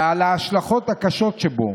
על ההשלכות הקשות שלו,